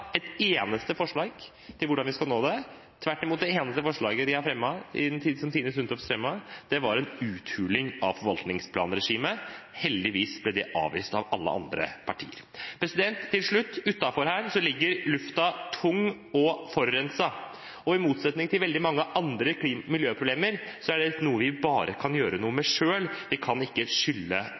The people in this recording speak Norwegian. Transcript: eneste forslag til hvordan vi skal nå målene. Tvert imot gjaldt det eneste forslaget som Tine Sundtoft fremmet, en uthuling av forvaltningsplanregimet. Heldigvis ble det avvist av alle andre partier. Til slutt: Utenfor her ligger luften tung og forurenset, og i motsetning til veldig mange andre miljøproblemer er dette noe vi bare kan gjøre noe med selv. Vi kan ikke skylde